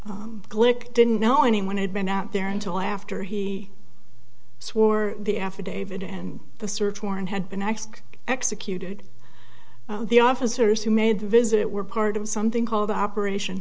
glick didn't know anyone had been out there until after he swore the affidavit and the search warrant had been axed executed the officers who made the visit were part of something called operation